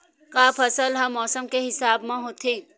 का फसल ह मौसम के हिसाब म होथे?